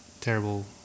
terrible